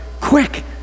quick